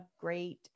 great